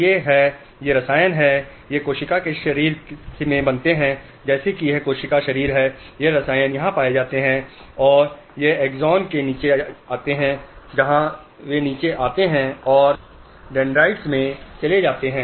ये हैं ये रसायन हैं जो कोशिका के शरीर में बनते हैं जैसे कि यह कोशिका शरीर है ये रसायन यहाँ पाए जाते हैं और वे एक्सोन में नीचे आते हैं जहाँ वे नीचे आते हैं और डेंड्राइट में चले जाते हैं